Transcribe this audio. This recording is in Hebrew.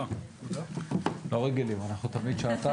הישיבה ננעלה בשעה